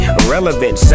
Irrelevant